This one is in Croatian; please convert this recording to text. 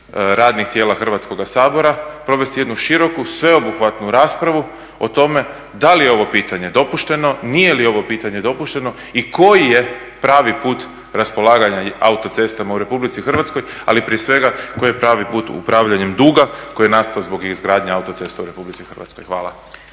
radnih tijela Hrvatskoga sabora provesti jednu široku sveobuhvatnu raspravu o tome da li ovo pitanje dopušteno, nije li ovo pitanje dopušteno i koji je pravi put raspolaganja autocestama u RH, ali prije svega koji je pravi put upravljanjem duga koji je nastao zbog izgradnje autocesta u RH? Hvala.